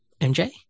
MJ